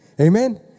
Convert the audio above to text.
Amen